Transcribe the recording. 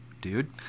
dude